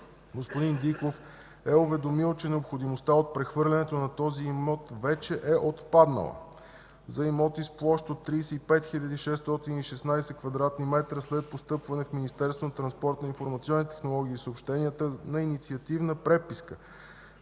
господин Диков е уведомил, че необходимостта от прехвърлянето на този имот вече е отпаднала. За имоти с площ от 35 616 кв. м след постъпване в Министерството на транспорта,